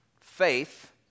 faith